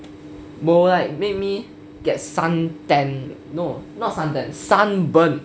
will like made me get suntan no not suntan sunburn